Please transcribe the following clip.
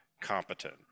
competent